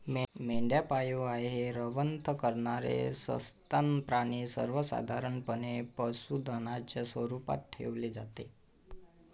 मेंढ्या पाळीव आहे, रवंथ करणारे सस्तन प्राणी सर्वसाधारणपणे पशुधनाच्या स्वरूपात ठेवले जातात